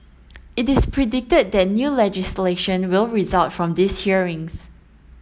it is predicted that new legislation will result from these hearings